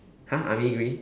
!huh! army green